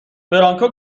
برانکو